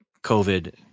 covid